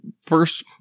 first